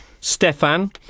Stefan